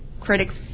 critics